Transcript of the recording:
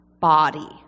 body